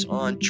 on